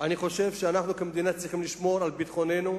אני חושב שאנחנו כמדינה צריכים לשמור על ביטחוננו